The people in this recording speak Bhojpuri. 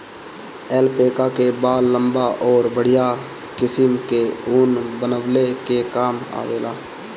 एल्पैका कअ बाल लंबा अउरी बढ़िया किसिम कअ ऊन बनवले के काम आवेला